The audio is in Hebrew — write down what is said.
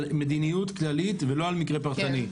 על מדיניות כללית ולא על מקרה פרטני.